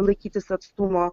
laikytis atstumo